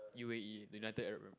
U_A_E the United Arab